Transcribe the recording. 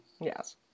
Yes